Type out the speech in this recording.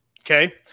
Okay